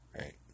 right